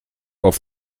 auf